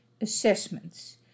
assessments